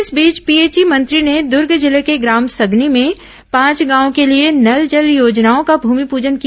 इस बीच पीएचई मंत्री ने दर्ग जिले के ग्राम सगनी में पांच गांवों के लिए नल जल योजनाओं का भूमिपूजन किया